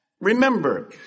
Remember